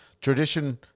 tradition